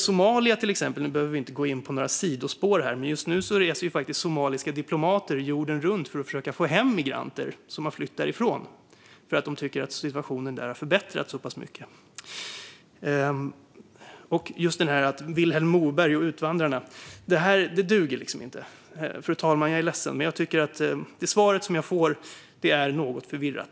Vi behöver inte gå in på några sidospår, men just nu reser faktiskt somaliska diplomater jorden runt för att försöka få hem migranter som har flytt från Somalia eftersom situationen har förbättrats så pass mycket. Att ta upp Vilhelm Moberg och Utvandrarna duger inte. Jag är ledsen, fru talman, men jag tycker att det svar jag har fått är något förvirrat.